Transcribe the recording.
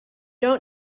don’t